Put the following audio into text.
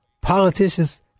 politicians